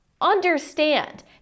understand